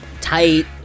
tight